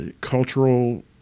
cultural